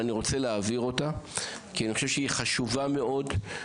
אני רוצה להעביר אותה כי אני חושב שהיא חשובה מאוד.